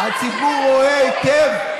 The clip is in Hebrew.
כי אתם לא יודעים לומר לציבור את האמת.